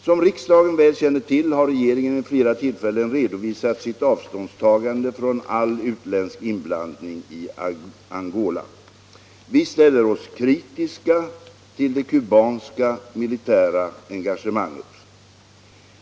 Som riksdagen väl känner till har regeringen vid flera tillfällen redovisat sitt avståndstagande från all utländsk inblandning i Angola. Vi ställer oss kritiska till det kubanska militära engagemanget.